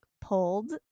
pulled